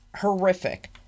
horrific